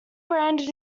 branded